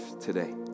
today